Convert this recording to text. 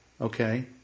Okay